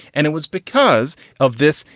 and it was because of this,